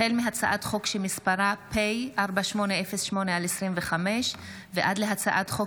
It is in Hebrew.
החל בהצעת חוק פ/4808/25 וכלה בהצעת חוק